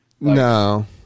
no